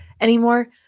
anymore